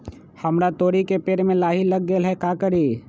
हमरा तोरी के पेड़ में लाही लग गेल है का करी?